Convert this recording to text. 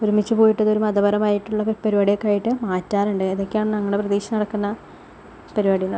ഒരുമിച്ച് പോയിട്ടതൊരു മതപരമായിട്ടുള്ള പരിപാടിയൊക്കെ ആയിട്ട് മാറ്റാറുണ്ട് അതൊക്കെയാണ് ഞങ്ങളുടെ പ്രദേശത്ത് നടക്കുന്ന പരിപാടികൾ